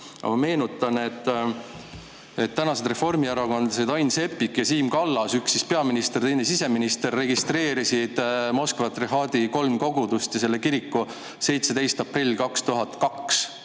Meenutan, et tänased reformierakondlased Ain Seppik ja Siim Kallas, üks peaministrina, teine siseministrina, registreerisid Moskva patriarhaadi kolm kogudust ja selle kiriku 17. aprillil 2002